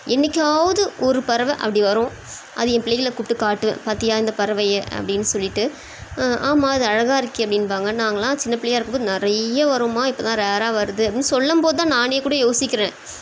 என்றைக்காவது ஒரு பறவை அப்படி வரும் அது என் பிள்ளைகளை கூப்பிட்டுக்காட்டுவேன் பார்த்தீயா இந்த பறவைய அப்படின்னு சொல்லிட்டு ஆமாம் இது அழகாக இருக்கே அப்படிம்பாங்க நாங்களெல்லாம் சின்னப்பிள்ளையாக இருக்கும்போது நிறைய வரும்மா இப்போதான் ரேராக வருது அப்படின்னு சொல்லும் போதுதான் நானேக்கூட யோசிக்கிறேன்